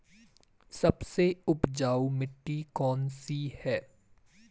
सबसे उपजाऊ मिट्टी कौन सी है?